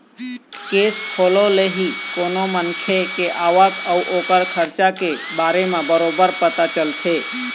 cash flow ले ही कोनो मनखे के आवक अउ ओखर खरचा के बारे म बरोबर पता चलथे